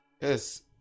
Yes